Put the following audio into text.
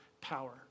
power